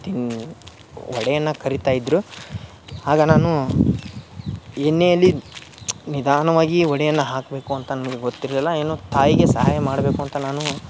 ತಿನ್ ವಡೆನ ಕರಿತಾ ಇದ್ದರು ಆಗ ನಾನು ಎಣ್ಣೆಯಲ್ಲಿ ನಿಧಾನವಾಗಿ ವಡೆಯನ್ನು ಹಾಕಬೇಕು ಅಂತ ನನಗೆ ಗೊತ್ತಿರಲಿಲ್ಲ ಏನು ತಾಯಿಗೆ ಸಹಾಯ ಮಾಡಬೇಕು ಅಂತ ನಾನು